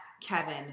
Kevin